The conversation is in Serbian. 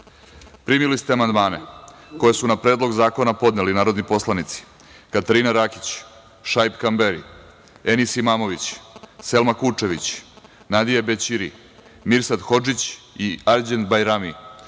servis. Primili ste amandmane koje su na Predlog zakona podneli narodni poslanici: Katarina Rakić, Šaip Kamberi, Enis Imamović, Selma Kučević, Nadije Bećiri, Mirsad Hodžić i Arđend Bajrami. Primili